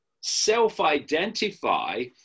self-identify